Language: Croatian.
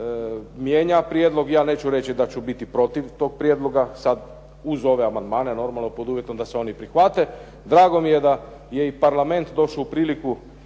mijenja prijedlog. Ja neću reći da ću biti protiv tog prijedloga sad uz ove amandmane normalno pod uvjetom da se oni prihvate. Drago mi je da je i Parlament došao u priliku